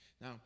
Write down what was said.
Now